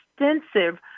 extensive